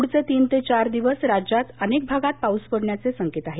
पुढचे तीन ते चार दिवस राज्यात अनेक भागात पाऊस पडण्याचे संकेत आहेत